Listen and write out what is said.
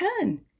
turn